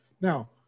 Now